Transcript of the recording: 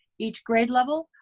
each grade level?